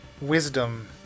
wisdom